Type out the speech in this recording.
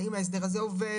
האם ההסדר הזה עובד,